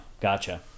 gotcha